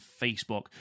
Facebook